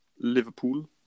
Liverpool